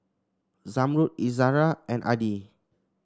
Zamrud Izara and Adi